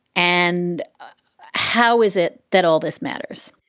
and how is it that all this matters?